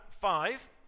five